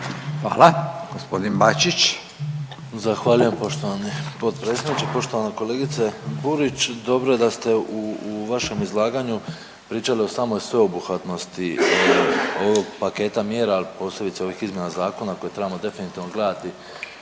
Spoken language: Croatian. **Bačić, Ante (HDZ)** Zahvaljujem poštovani potpredsjedniče. Poštovana kolegice Burić, dobro je da ste u vašem izlaganju pričali o samoj sveobuhvatnosti ovog paketa mjera, al posebice ovih izmjena zakona koje trebamo definitivno gledati